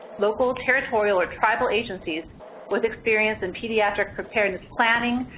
local, territorial, or tribal agencies with experience in pediatric preparedness planning,